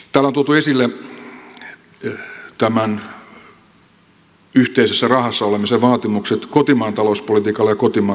täällä on tuotu esille tämän yhteisessä rahassa olemisen vaatimukset kotimaan talouspolitiikalle ja kotimaan toimijoille